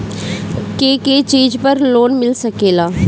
के के चीज पर लोन मिल सकेला?